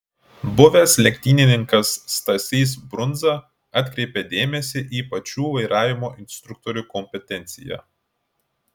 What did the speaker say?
buvęs lenktynininkas stasys brundza atkreipia dėmesį į pačių vairavimo instruktorių kompetenciją